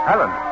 Alan